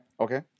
Okay